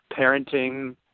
parenting